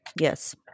Yes